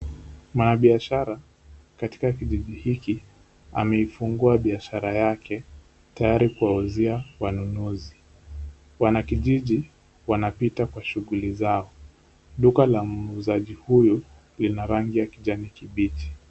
Mwanabiashara katika kijiji hiki ameifungua biashara yake tayari kuwauzia wanunuzi. Wanakijiji wanapita kwa shughuli zao. Duka la muuzaji huyu lina rangi ya kijani kibichi.